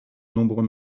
nombreux